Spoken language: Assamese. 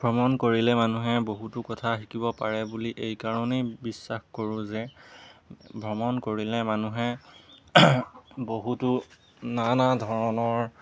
ভ্ৰমণ কৰিলে মানুহে বহুতো কথা শিকিব পাৰে বুলি এইকাৰণেই বিশ্বাস কৰোঁ যে ভ্ৰমণ কৰিলে মানুহে বহুতো নানা ধৰণৰ